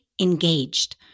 engaged